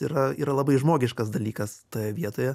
yra yra labai žmogiškas dalykas toje vietoje